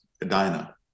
Edina